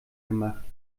gemacht